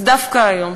אז דווקא היום,